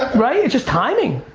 right? it's just timing!